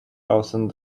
awesome